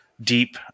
deep